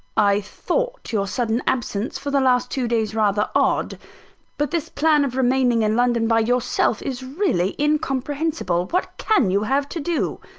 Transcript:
i thought your sudden absence for the last two days rather odd but this plan of remaining in london by yourself is really incomprehensible. what can you have to do?